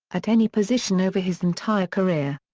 at any position over his entire career.